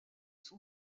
son